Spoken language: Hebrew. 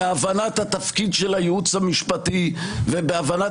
-- בהבנת התפקיד של הייעוץ המשפטי והבנת